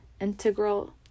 integral